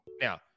Now